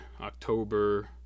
October